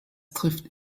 trifft